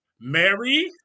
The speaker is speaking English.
Mary